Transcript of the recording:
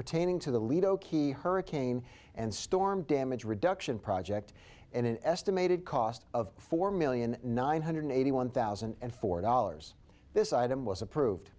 pertaining to the lido key hurricane and storm damage reduction project and an estimated cost of four million nine hundred eighty one thousand and four dollars this item was approved